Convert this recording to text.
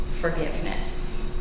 forgiveness